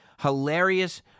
hilarious